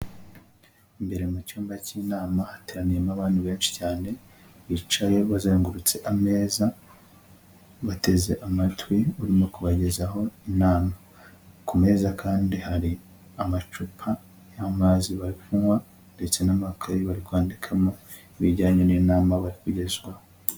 Imbere mu cyumba cy'inama hateraniyemo abantu benshi cyane, bicaye bazengurutse ameza, bateze amatwi urimo kubagezaho inama. Ku meza kandi hari amacupa y'amazi banywa ndetse n'amakaye bari kwandikamo ibijyanye n'inama bari kugezwaho.